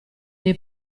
dei